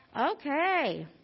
Okay